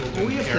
we're